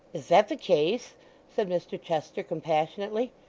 is that the case said mr chester, compassionately.